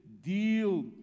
deal